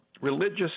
religious